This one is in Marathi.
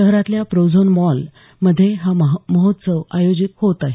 शहरातल्या प्रोझोन मॉल मध्ये हा महोत्सव आयोजित होत आहे